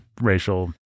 racial